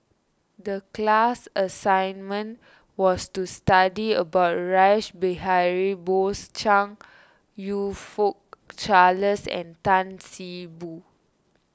the class assignment was to study about Rash Behari Bose Chong You Fook Charles and Tan See Boo